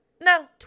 No